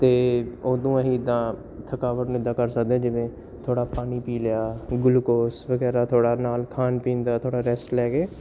ਅਤੇ ਉਦੋਂ ਅਸੀਂ ਇੱਦਾਂ ਥਕਾਵਟ ਨੂੰ ਇੱਦਾਂ ਕਰ ਸਕਦੇ ਜਿਵੇਂ ਥੋੜ੍ਹਾ ਪਾਣੀ ਪੀ ਲਿਆ ਗਲੂਕੋਸ ਵਗੈਰਾ ਥੋੜ੍ਹਾ ਨਾਲ ਖਾਣ ਪੀਣ ਦਾ ਥੋੜ੍ਹਾ ਰੈਸਟ ਲੈ ਕੇ